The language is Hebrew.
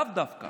לאו דווקא.